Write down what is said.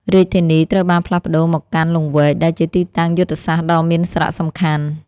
រាជធានីត្រូវបានផ្លាស់ប្តូរមកកាន់ លង្វែក ដែលជាទីតាំងយុទ្ធសាស្ត្រដ៏មានសារៈសំខាន់។